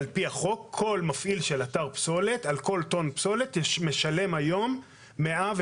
כל מפעיל של אתר פסולת משלם היום על כל טון